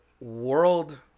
world